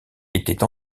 étaient